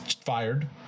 fired